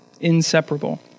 inseparable